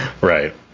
Right